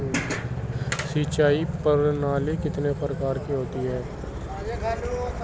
सिंचाई प्रणाली कितने प्रकार की होती हैं?